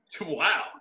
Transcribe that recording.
Wow